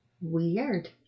Weird